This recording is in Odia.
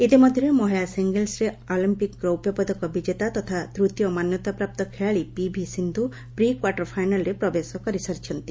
ଇତିମଧ୍ୟରେ ମହିଳା ସିଙ୍ଗଲ୍ସ୍ରେ ଅଲମ୍ପିକ୍ ରୌପ୍ୟ ପଦକ ବିଜେତା ତଥା ତୃତୀୟ ମାନ୍ୟତା ପ୍ରାପ୍ତ ଖେଳାଳି ପିଭି ସିନ୍ଧୁ ପ୍ରି କ୍ୱାର୍ଟର୍ ଫାଇନାଲ୍ରେ ପ୍ରବେଶ କରିସାରିଛନ୍ତି